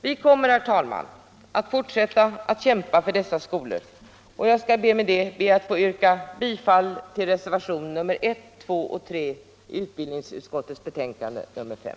Vi kommer, herr talman, att fortstätta att kämpa för privatskolorna. Jag ber med detta att få yrka bifall till reservationerna 1, 2 och 3 i utbildningsutskottets betänkande nr 5.